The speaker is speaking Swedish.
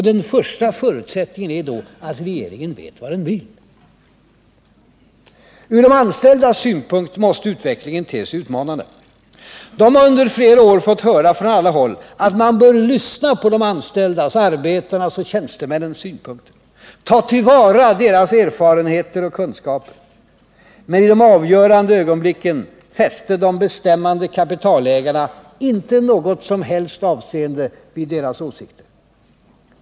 Den första förutsättningen är då att regeringen vet vad den vill. Från de anställdas synpunkt måste utvecklingen te sig utmanande. De har under flera år fått höra från alla håll att man bör lyssna på arbetarnas och tjänstemännens synpunkter, ta till vara deras erfarenheter och kunskaper. Men i de avgörande ögonblicken fäste de bestämmande kapitalägarna inte något som helst avseende vid deras åsikter.